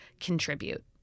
contribute